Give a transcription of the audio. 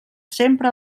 sempre